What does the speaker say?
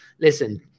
Listen